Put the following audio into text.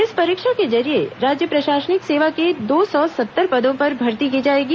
इस परीक्षा के जरिये राज्य प्रशासनिक सेवा के दो सौ सत्तर पदों पर भर्ती की जाएगी